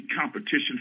competition